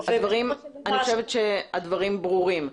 אני חושבת שהדברים ברורים.